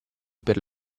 per